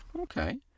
Okay